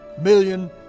million